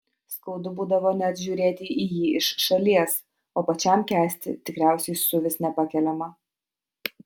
skaudu būdavo net žiūrėti į jį iš šalies o pačiam kęsti tikriausiai suvis nepakeliama